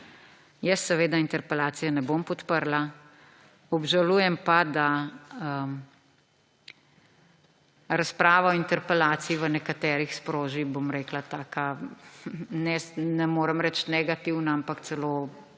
Jaz seveda interpelacije ne bom podprla. Obžalujem pa, da razprava o interpelaciji v nekaterih sproži taka, ne morem reči negativna, ampak celo